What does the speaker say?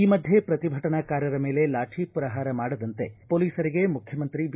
ಈ ಮಧ್ಯೆ ಪ್ರತಿಭಟನಾಕಾರರ ಮೇಲೆ ಲಾಠಿ ಪ್ರಹಾರ ಮಾಡದಂತೆ ಪೊಲೀಸರಿಗೆ ಮುಖ್ಯಮಂತ್ರಿ ಬಿ